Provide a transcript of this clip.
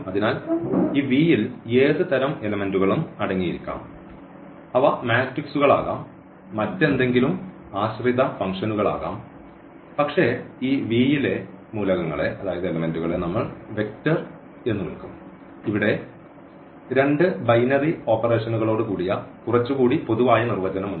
അതിനാൽ ഈ V യിൽ ഏത് തരം എലെമെന്റുകളും അടങ്ങിയിരിക്കാം അവ മാട്രിക്സുകളാകാം മറ്റെന്തെങ്കിലും ആശ്രിത ഫംഗ്ഷനുകളാകാം പക്ഷേ ഈ വിയിലെ മൂലകങ്ങളെ നമ്മൾ വെക്റ്റർ എന്ന് വിളിക്കും ഇവിടെ രണ്ട് ബൈനറി ഓപ്പറേഷനുകളോടു കൂടിയ കുറച്ചുകൂടി പൊതുവായ നിർവചനം ഉണ്ട്